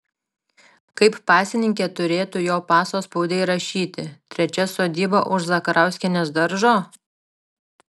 kaip pasininkė turėtų jo paso spaude įrašyti trečia sodyba už zakarauskienės daržo